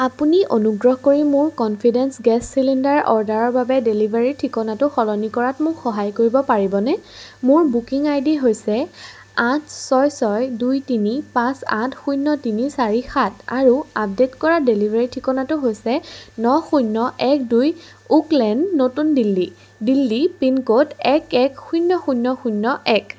আপুনি অনুগ্ৰহ কৰি মোৰ কন্ফিডেঞ্চ গেছ চিলিণ্ডাৰ অৰ্ডাৰৰ বাবে ডেলিভাৰীৰ ঠিকনাটো সলনি কৰাত মোক সহায় কৰিব পাৰিবনে মোৰ বুকিং আই ডি হৈছে আঠ ছয় ছয় দুই তিনি পাঁচ আঠ শূন্য তিনি চাৰি সাত আৰু আপডে'ট কৰা ডেলিভাৰী ঠিকনাটো হৈছে ন শূন্য এক দুই ওকলেন নতুন দিল্লী দিল্লী পিনক'ড এক এক শূন্য শূন্য শূন্য এক